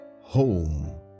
Home